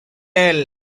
tell